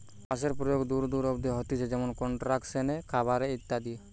বাঁশের প্রয়োগ দূর দূর অব্দি হতিছে যেমনি কনস্ট্রাকশন এ, খাবার এ ইত্যাদি